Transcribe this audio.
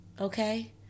Okay